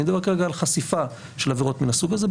אני מדבר כרגע על חשיפה של עבירות מן הסוג הזה,